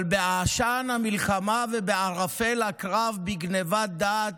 אבל בעשן המלחמה ובערפל הקרב, בגנבת דעת,